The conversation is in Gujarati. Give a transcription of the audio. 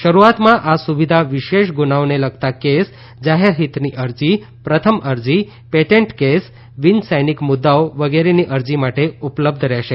શરૂઆતમાં આ સુવિધા વિશેષ ગુનાઓને લગતા કેસ જાહેર હિતની અરજી પ્રથમ અરજી પેટેન્ટ કેસ બિન સૈનિક મુદ્દાઓ વગેરેની અરજી માટે ઉપલબ્ધ રહેશે